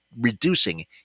reducing